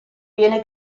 viene